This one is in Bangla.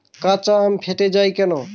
কাঁচা আম ফেটে য়ায় কেন?